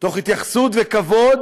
תוך התייחסות וכבוד